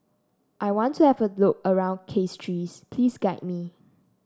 I want to have a look around Castries please guide me